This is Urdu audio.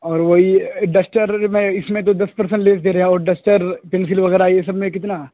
اور وہی ڈسٹر میں اس میں تو دس پرسینٹ لیس دے رہے اور ڈسٹر پنسل وغیرہ یہ سب میں کتنا